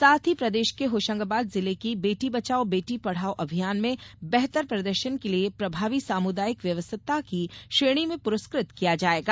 साथ ही प्रदेश के होशंगाबाद जिले को बेटी बचाओ बेटी पढ़ाओ अभियान में बेहतर प्रदर्शन के लिए प्रभावी सामुदायिक व्यस्तता की श्रेणी में प्रस्क्र त किया जायेगा